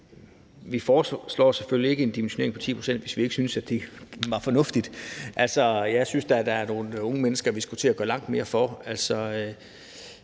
Vi foreslår selvfølgelig ikke en dimensionering på 10 pct., hvis vi ikke synes, det er fornuftigt. Jeg synes da, der er nogle unge mennesker, vi skulle gøre langt mere for.